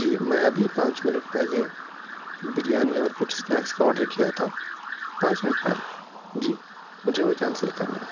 جی میں ابھی پانچ منٹ پہلے بریانی اور کچھ اسنیکس کا آڈر کیا تھا پانچ منٹ پہلے جی مجھے وہ کینسل کرنا ہے